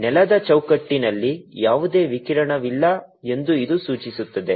ನೆಲದ ಚೌಕಟ್ಟಿನಲ್ಲಿ ಯಾವುದೇ ವಿಕಿರಣವಿಲ್ಲ ಎಂದು ಇದು ಸೂಚಿಸುತ್ತದೆ